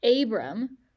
Abram